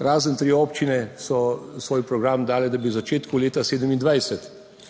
Samo tri občine so svoj program dale, da bi v začetku leta 2027.